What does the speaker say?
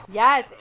yes